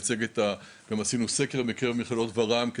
גם עשינו סקר בקרב מכללות ור"מ,